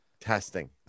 testing